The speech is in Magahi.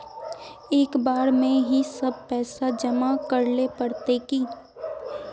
एक बार में ही सब पैसा जमा करले पड़ते की?